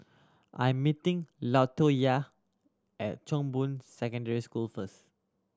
I'm meeting Latoyia at Chong Boon Secondary School first